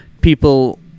people